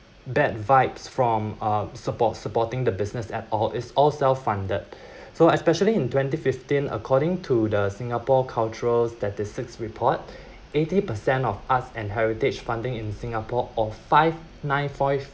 bad vibes from uh support supporting the business at all it's all self funded so especially in twenty fifteen according to the singapore cultural statistics report eighty percent of art and heritage funding in singapore or five nine five